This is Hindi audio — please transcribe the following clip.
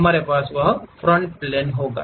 हमारे पास वह फ्रंट प्लेन होगा